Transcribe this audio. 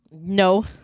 no